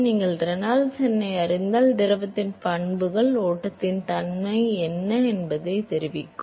எனவே நீங்கள் ரெனால்ட்ஸ் எண்ணை அறிந்தால் திரவத்தின் பண்புகள் ஓட்டத்தின் தன்மை என்ன என்பதை உங்களுக்குத் தெரிவிக்கும்